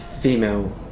female